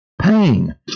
pain